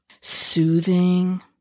soothing